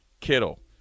Kittle